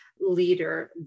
leader